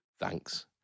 thanks